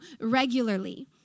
regularly